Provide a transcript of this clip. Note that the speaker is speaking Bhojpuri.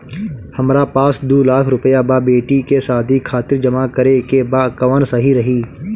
हमरा पास दू लाख रुपया बा बेटी के शादी खातिर जमा करे के बा कवन सही रही?